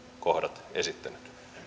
kohdat esittänyt